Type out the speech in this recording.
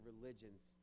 religions